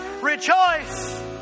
rejoice